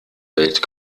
welt